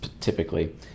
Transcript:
typically